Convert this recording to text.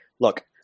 look